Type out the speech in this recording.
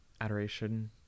adoration